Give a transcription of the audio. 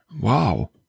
Wow